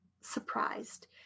surprised